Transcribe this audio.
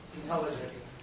Intelligent